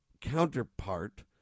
counterpart